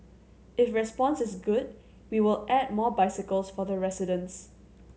if response is good we will add more bicycles for the residents